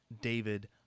david